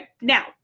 now